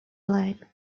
line